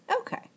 Okay